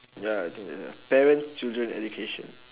ya I think that the parents children education